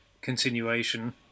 continuation